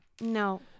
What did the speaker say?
No